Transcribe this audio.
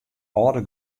âlde